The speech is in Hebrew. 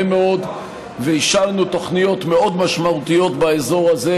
מאוד ואישרנו תוכניות מאוד משמעותיות באזור הזה,